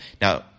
Now